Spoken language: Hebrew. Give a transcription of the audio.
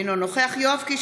אינו נוכח יואב קיש,